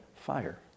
fire